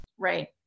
Right